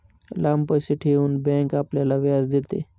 लांब पैसे ठेवून बँक आपल्याला व्याज देते